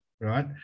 right